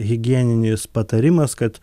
higieninis patarimas kad